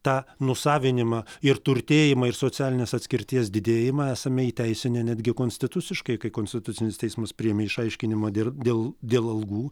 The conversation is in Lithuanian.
tą nusavinimą ir turtėjimą ir socialinės atskirties didėjimą esame įteisinę netgi konstituciškai kai konstitucinis teismas priėmė išaiškinimą dėl dėl dėl algų